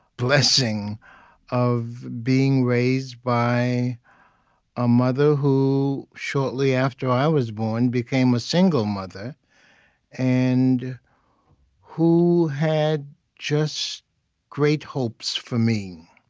blessing of being raised by a mother who, shortly after i was born, became a single mother and who had just great hopes for me.